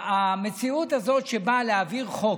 המציאות הזאת שבאים להעביר חוק,